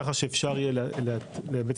ככה שאפשר יהיה בעצם,